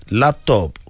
laptop